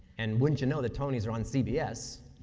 and wouldn't you know, the tony's are on cbs?